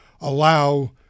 allow